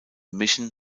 mission